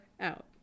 out